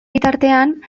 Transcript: bitartean